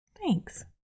Thanks